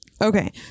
Okay